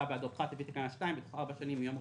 בעדו פחת לפי תקנה 2 בתוך ארבע שנים מיום רכישתו,